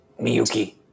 Miyuki